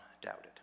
doubted